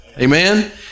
Amen